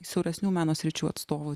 siauresnių meno sričių atstovų